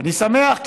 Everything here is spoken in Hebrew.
אני שמח,